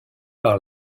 par